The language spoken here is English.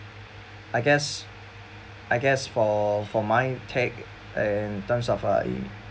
I guess I guess for for my take in terms of uh